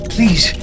Please